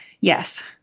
Yes